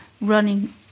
running